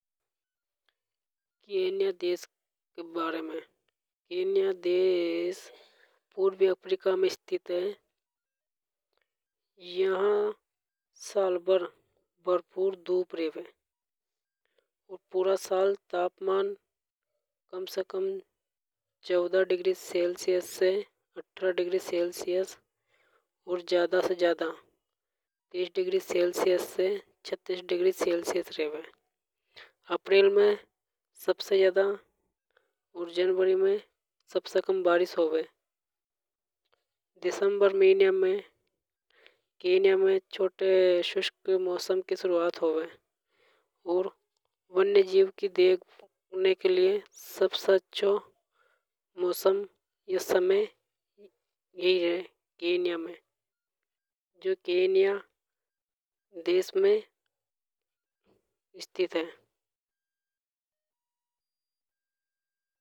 केन्या देश के बारे में केन्या देश पूर्वी अफ्रीका में स्थित हे यहां साल भर भरपूर धूप रेवे है। और पूरा साल तापमान कम से कम चौदह डिग्री सेल्सियस से अठारह डिग्री सेल्सियस और ज्यादा से ज्यादा तीस डिग्री सेल्सियस से छत्तीस डिग्री सेल्सियस रेवे। अप्रैल में सबसे ज्यादा और जनवरी में सबसे कम बारिश होवे। दिसंबर मिनीया में केन्या में छोटे सूक्ष्म मौसम की शुरुआत होवे और वन्य जीव को देखने के लिए सबसे अच्छों मौसम या समय यही हे केन्या में जो केन्या देश में स्थित है।